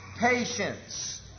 Patience